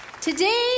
today